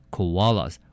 Koalas